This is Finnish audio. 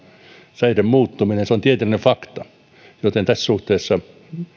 säiden muuttuminen se on tieteellinen fakta joten tässä suhteessa